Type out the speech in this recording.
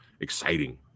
exciting